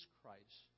Christ